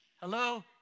Hello